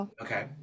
Okay